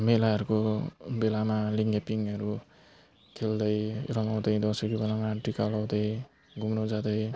मेलाहरूको बेलामा लिङ्गे पिङहरू खेल्दै रमाउँदै दसैँको बेलामा टिका लाउँदै घुम्नु जाँदै